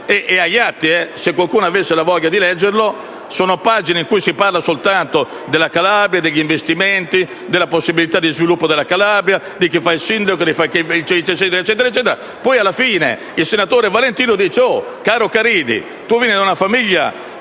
è agli atti, se qualcuno avesse la voglia di leggerla: sono pagine in cui si parla soltanto della Calabria, degli investimenti, della possibilità di sviluppo della Calabria, di chi fa il sindaco eccetera. Poi, alla fine, il senatore Valentino dice qualcosa del genere: caro Caridi, tu vieni da una famiglia